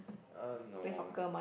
uh no